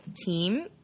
team